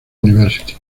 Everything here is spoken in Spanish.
university